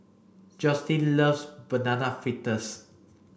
Joycelyn loves banana fritters